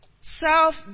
Self